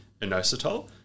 inositol